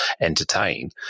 entertain